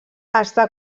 està